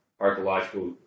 archaeological